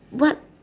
what